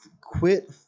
quit